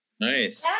Nice